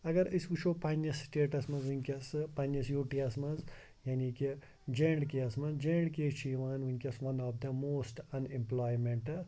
اگر أسۍ وٕچھو پنٛنِس سٹیٚٹَس منٛز وٕنکٮ۪س پنٛنِس یوٗ ٹی یَس منٛز یعنی کہِ جے اینٛڈ کے یَس منٛز جے اینٛڈ کے چھِ یِوان وٕنکٮ۪س one of the most an امپٕلایمٮ۪نٹ